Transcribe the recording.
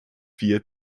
vier